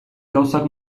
gauzak